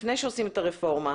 לפני שעושים את הרפורמה,